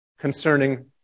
concerning